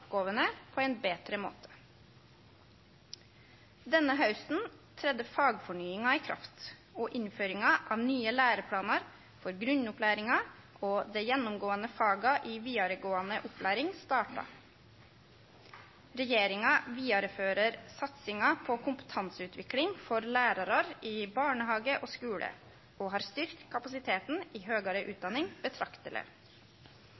på ein betre måte. Denne hausten tredde fagfornyinga i kraft, og innføringa av nye læreplanar for grunnopplæringa og dei gjennomgåande faga i vidaregåande opplæring starta. Regjeringa vidarefører satsinga på kompetanseutvikling for lærarar i barnehage og skule og har styrkt kapasiteten i høgare